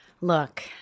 look